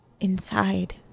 Inside